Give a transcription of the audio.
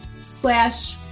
slash